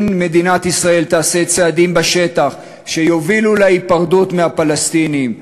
אם מדינת ישראל תעשה צעדים בשטח שיובילו להיפרדות מהפלסטינים,